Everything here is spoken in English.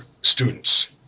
students